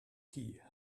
tea